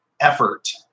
effort